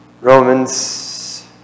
Romans